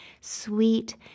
sweet